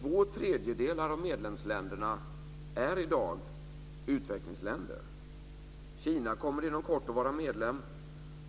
Två tredjedelar av medlemsländerna är i dag utvecklingsländer. Kina kommer inom kort att vara medlem,